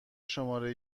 شماره